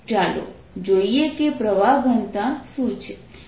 ચાલો જોઈએ કે પ્રવાહ ઘનતા શું છે